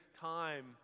time